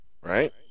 Right